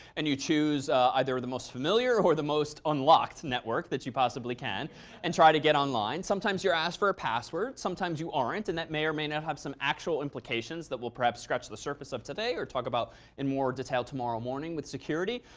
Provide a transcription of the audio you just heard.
and you choose either the most familiar or the most unlocked network that you possibly can and try to get online. sometimes you're asked for a password. sometimes you aren't. and that may or may not have some actual implications that we'll perhaps scratch the surface of today. or talk about in more detail tomorrow morning with security.